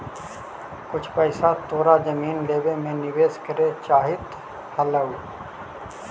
कुछ पइसा तोरा जमीन लेवे में निवेश करे चाहित हलउ